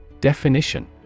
Definition